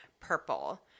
Purple